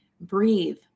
breathe